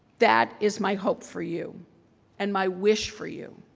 that is my hope for you and my wish for you,